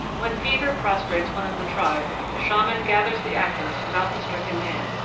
when fever prostrates one of the tribe the shaman gathers the actors about the stricken man,